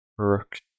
Rook